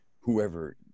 whoever